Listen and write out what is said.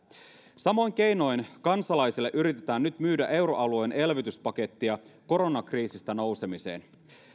samoin keinoin kansalaisille yritetään nyt myydä euroalueen elvytyspakettia koronakriisistä nousemiseen